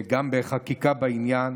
גם בחקיקה בעניין,